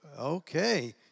okay